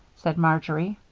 said marjory.